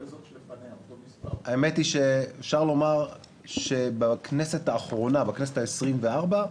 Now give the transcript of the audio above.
אפשר לומר שבכנסת האחרונה, בכנסת ה-24,